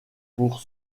pour